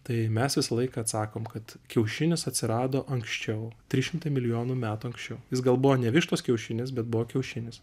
tai mes visą laiką atsakom kad kiaušinis atsirado anksčiau trys šimtai milijonų metų anksčiau jis gal buvo ne vištos kiaušinis bet buvo kiaušinis